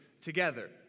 together